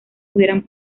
hubieran